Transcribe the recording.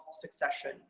succession